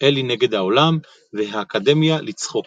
"אלי נגד העולם" ו"האקדמיה לצחוק".